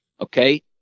Okay